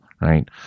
Right